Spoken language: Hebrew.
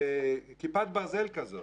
כיפת ברזל כזאת,